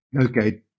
Okay